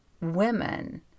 women